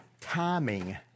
timing